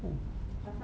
oo